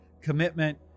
commitment